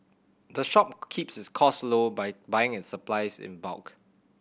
the shop keeps its costs low by buying its supplies in bulk